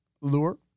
Lure